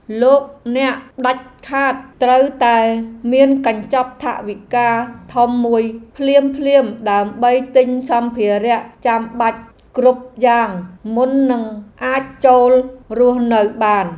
លោកអ្នកដាច់ខាតត្រូវតែមានកញ្ចប់ថវិកាធំមួយភ្លាមៗដើម្បីទិញសម្ភារៈចាំបាច់គ្រប់យ៉ាងមុននឹងអាចចូលរស់នៅបាន។